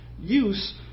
use